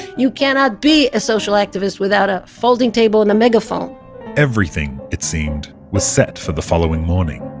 you cannot be a social activist without a folding table and a megaphone everything, it seemed, was set for the following morning